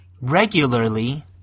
regularly